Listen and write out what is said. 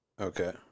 Okay